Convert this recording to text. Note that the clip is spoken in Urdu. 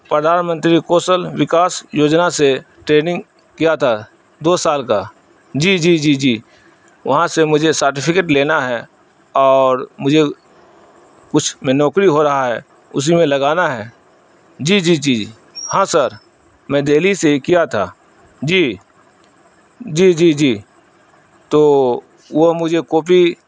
پردھان منتری کوشل وکاس یوجنا سے ٹریننگ کیا تھا دو سال کا جی جی جی جی وہاں سے مجھے ساٹیفکٹ لینا ہے اور مجھے کچھ میں نوکری ہو رہا ہے اسی میں لگانا ہے جی جی جی ہاں سر میں دہلی سے ہی کیا تھا جی جی جی جی تو وہ مجھے کاپی